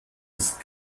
ist